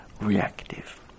reactive